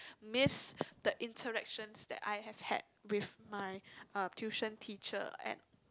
miss the interactions that I have had with my uh tuition teacher and